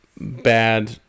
bad